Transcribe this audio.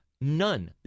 None